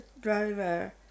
driver